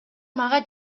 мага